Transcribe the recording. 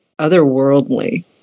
otherworldly